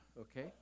okay